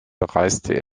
bereiste